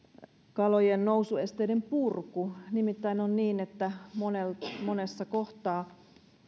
kalojen nousuesteiden purku nimittäin on niin että monessa monessa kohtaa